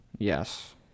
Yes